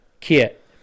kit